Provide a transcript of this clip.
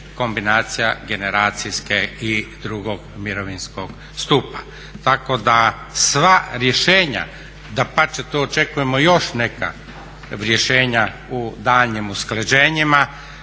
kombinacija generacijske i drugog mirovinskog stupa. Tako da sva rješenja, dapače tu očekujemo još neka rješenja u daljnjim usklađenjima